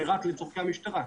היא רק לצורכי המשטרה.